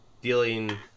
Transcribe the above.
dealing